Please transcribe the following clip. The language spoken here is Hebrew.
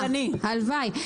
הלוואי.